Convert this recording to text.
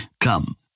Come